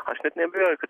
aš net neabejoju kad